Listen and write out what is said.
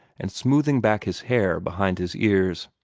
and smoothing back his hair behind his ears.